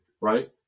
right